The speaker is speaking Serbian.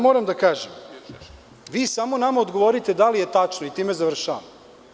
Moram da kažem, vi samo nama odgovorite da li je tačno i time završavam.